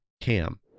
cam